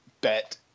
bet